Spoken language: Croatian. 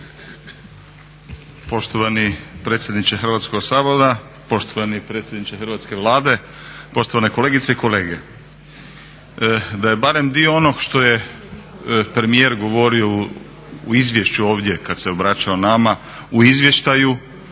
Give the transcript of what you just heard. Poštovani predsjedniče Hrvatskoga sabora, poštovani predsjedniče Hrvatske Vlade, poštovane kolegice i kolege. Da je barem dio onog što je premijer govorio u izvješću ovdje kad se obraćao nama, u izvještaju